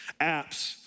apps